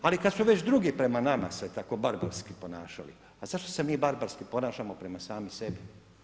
Ali kada su već drugi prema nama se tako barbarski ponašali a zašto se mi barbarski ponašamo prema sami sebi?